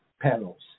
panels